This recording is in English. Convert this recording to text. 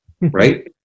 right